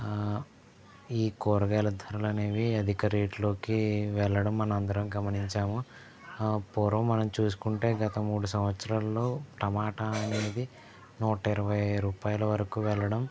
ఈ కూరగాయల ధరలు అనేవి అధిక రేట్లోకి వెళ్ళడం మనం అందరం గమనించాము పూర్వం మనం చూసుకుంటే గత మూడు సంవత్సరాల్లో టమాట అనేది నూట ఇరవై రూపాయలు వరకు వెళ్ళడం